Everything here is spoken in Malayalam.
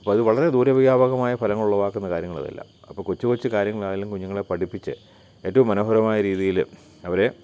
അപ്പോഴത് വളരെ ദൂരവ്യാപകമായ ഫലങ്ങളുളവാക്കുന്ന കാര്യങ്ങളാണിതെല്ലാം അപ്പോൾ കൊച്ചുകൊച്ച് കാര്യങ്ങളായാലും കുഞ്ഞുങ്ങളെ പഠിപ്പിച്ച് ഏറ്റവും മനോഹരമായ രീതിയിൽ അവരെ